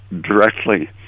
directly